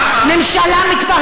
למה?